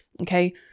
Okay